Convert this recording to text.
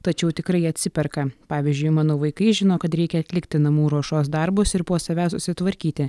tačiau tikrai atsiperka pavyzdžiui mano vaikai žino kad reikia atlikti namų ruošos darbus ir po savęs susitvarkyti